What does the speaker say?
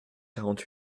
quarante